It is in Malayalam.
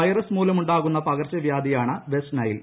വൈറസ് മൂലമുണ്ടാകുന്ന പകർച്ചവ്യാധിയാണു വെസ്റ്റ് നൈൽ